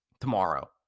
tomorrow